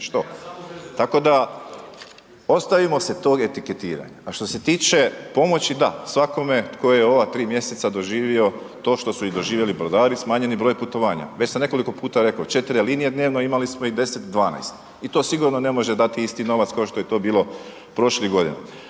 što? Tako da ostavimo se tog etiketiranja. A što se tiče pomoći, da, svakome tko je ova 3 mjeseca doživio to što su i doživjeli brodari, smanjen je broj putovanja. Već sam nekoliko puta rekao, 4 linije dnevno, a imali smo ih 10-12 i to sigurno ne može dati isti novac kao što je to bilo prošlih godina.